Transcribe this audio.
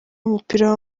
w’umupira